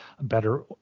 better